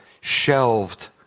shelved